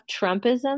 Trumpism